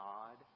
God